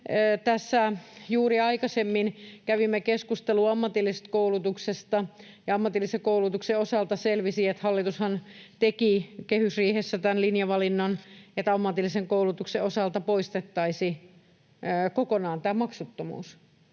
juuri aikaisemmin kävimme keskustelua ammatillisesta koulutuksesta, ja ammatillisen koulutuksen osalta selvisi, että hallitushan teki kehysriihessä tämän linjavalinnan, että ammatillisen koulutuksen osalta poistettaisiin kokonaan tämä maksuttomuus.